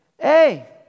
hey